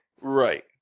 Right